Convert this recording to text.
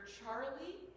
Charlie